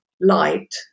light